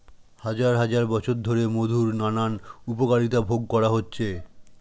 হাজার হাজার বছর ধরে মধুর নানান উপকারিতা ভোগ করা হচ্ছে